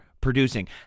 producing